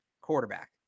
Quarterback